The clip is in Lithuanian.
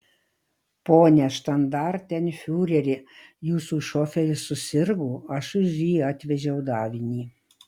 pone štandartenfiureri jūsų šoferis susirgo aš už jį atvežiau davinį